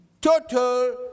total